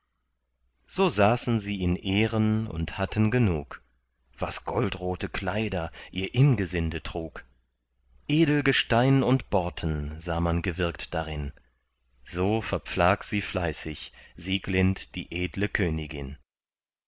so saßen sie in ehren und hatten genug was goldrote kleider ihr ingesinde trug edel gestein und borten sah man gewirkt darin so verpflag sie fleißig sieglind die edle königin